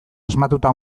asmatuta